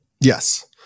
Yes